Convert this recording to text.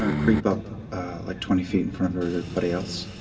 ah creep up like twenty feet in front of everybody else.